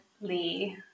Lee